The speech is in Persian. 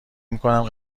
میکنم